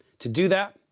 to do that,